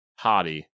hottie